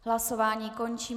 Hlasování končím.